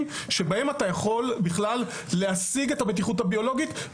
שבהם אתה יכול להשיג את הבטיחות הביולוגית.